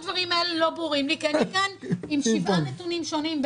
אז כל הדברים האלה לא ברורים לי כי אני כאן עם שבעה נתונים שונים,